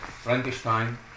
Frankenstein